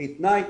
בלי תנאי,